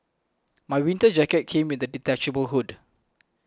my winter jacket came with a detachable hood